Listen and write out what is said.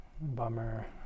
Bummer